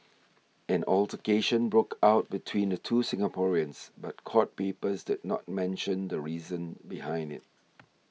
an altercation broke out between the two Singaporeans but court papers did not mention the reason behind it